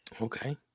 Okay